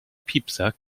piepser